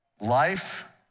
Life